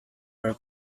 were